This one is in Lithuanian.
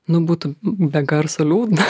nu būtų be garso liūdna